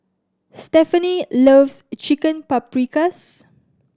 Stephani loves Chicken Paprikas